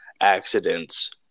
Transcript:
accidents